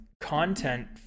content